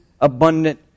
abundant